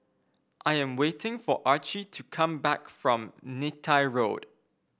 I am waiting for Archie to come back from Neythai Road